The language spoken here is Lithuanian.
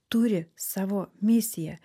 turi savo misiją